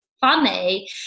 funny